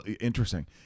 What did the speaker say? interesting